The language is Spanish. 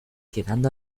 quedando